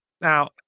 Now